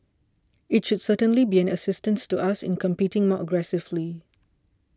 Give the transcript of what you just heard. it should certainly be an assistance to us in competing more aggressively